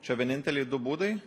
čia vieninteliai du būdai